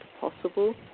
possible